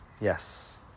Yes